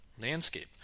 landscape